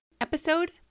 episode